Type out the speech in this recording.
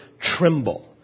tremble